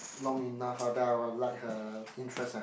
long enough ah then I will like her interest as